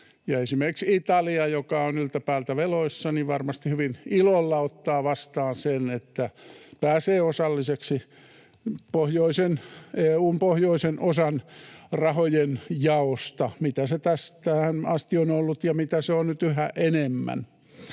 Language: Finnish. Esimerkiksi Italia, joka on yltä päältä veloissa, varmasti hyvin ilolla ottaa vastaan sen, että pääsee osalliseksi EU:n pohjoisen osan rahojen jaosta, mitä se tähän asti on ollut ja mitä se on nyt yhä enemmän.